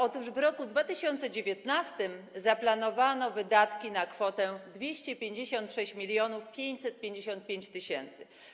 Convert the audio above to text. Otóż na rok 2019 zaplanowano wydatki na kwotę 256 555 tys.